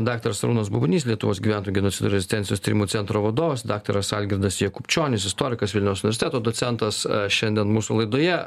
daktaras arūnas bubnys lietuvos gyventojų genocido ir rezistencijos tyrimų centro vadovas daktaras algirdas jakubčionis istorikas vilniaus universiteto docentas šiandien mūsų laidoje